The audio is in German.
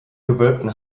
gewölbten